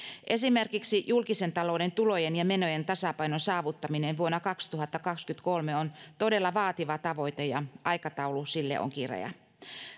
esimerkiksi julkisen talouden tulojen ja menojen tasapainon saavuttaminen vuonna kaksituhattakaksikymmentäkolme on todella vaativa tavoite ja aikataulu sille on kireä